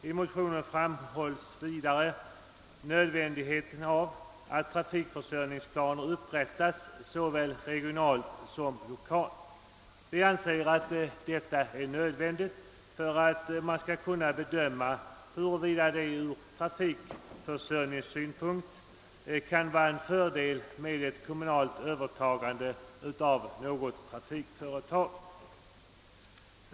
I motionen framhålls vidare nödvändigheten av att trafikförsörjningsplaner upprättas såväl regionalt som lokalt. Vi anser att detta är nödvändigt för att man skall kunna bedöma, huruvida det ur trafikförsörjningssynpunkt kan vara en fördel med ett kommunalt övertagande av något trafikföretag.